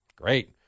Great